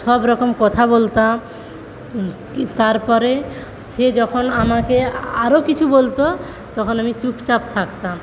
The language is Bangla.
সবরকম কথা বলতাম তারপরে সে যখন আমাকে আরও কিছু বলতো তখন আমি চুপচাপ থাকতাম